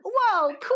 Whoa